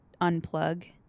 unplug